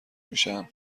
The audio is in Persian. میشن